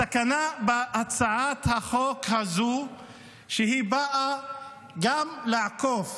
הסכנה בהצעת החוק הזאת היא שהיא גם באה לעקוף